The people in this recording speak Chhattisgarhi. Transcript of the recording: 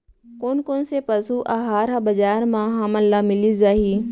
कोन कोन से पसु आहार ह बजार म हमन ल मिलिस जाही?